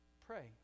Pray